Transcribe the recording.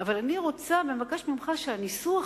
אבל אני רוצה ומבקשת ממך שהניסוח,